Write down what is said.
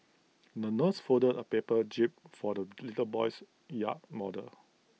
the nurse folded A paper jib for the little boy's yacht model